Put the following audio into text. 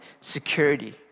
security